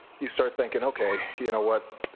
you start thinking, okay, you know what?